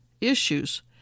issues